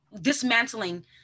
dismantling